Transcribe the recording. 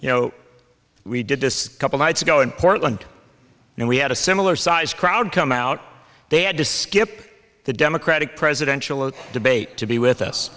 you know we did this couple nights ago in portland and we had a similar sized crowd come out they had to skip the democratic presidential debate to be with us